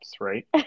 right